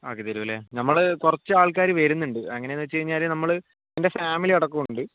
ആക്കിത്തരുമല്ലെ നമ്മൾ കുറച്ച് ആൾകാർ വരുന്നുണ്ട് എങ്ങനാണെന്നു വെച്ച് കഴിഞ്ഞാൽ നമ്മൾ എൻ്റെ ഫാമിലി അടക്കം ഉണ്ട്